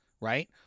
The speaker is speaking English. right